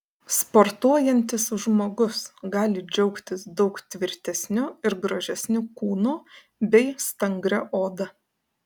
sportuojantis žmogus gali džiaugtis daug tvirtesniu ir gražesniu kūnu bei stangria oda